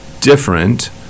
different